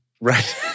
Right